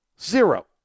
Zero